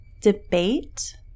debate